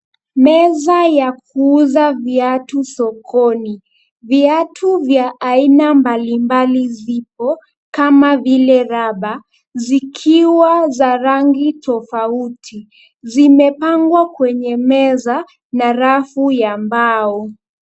Meza ya kuuza viatu sokoni. Viatu vya aina mbalimbali zipo, kama vile raba, zikiwa za rangi tofauti. Zimepangwa kwenye meza na rafu ya mbao.